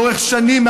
לאורך שנים,